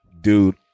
dude